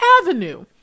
avenue